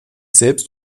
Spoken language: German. selbst